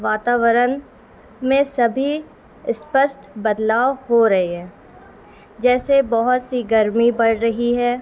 واتاورن میں سبھی اسپشت بدلاؤ ہو رہے ہیں جیسے بہت سی گرمی بڑھ رہی ہے